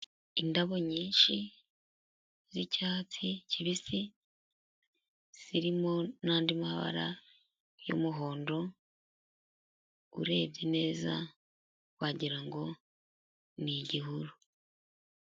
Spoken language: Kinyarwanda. Indabo nyinshi, z'icyatsi kibisi, zirimo n'andi mabara y'umuhondo, urebye neza wagira ni igihuru.